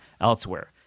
elsewhere